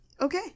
Okay